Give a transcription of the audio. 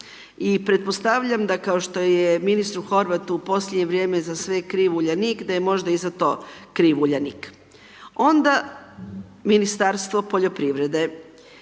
I pretpostavljam da kao što je ministru Horvatu u posljednje vrijeme za sve kriv Uljanik, da je možda i za to kriv Uljanik. Onda Ministarstvo poljoprivrede.